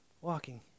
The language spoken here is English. walking